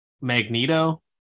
Magneto